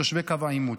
תושבי קו העימות.